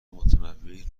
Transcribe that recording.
متنوعی